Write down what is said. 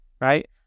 Right